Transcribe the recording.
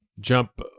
jump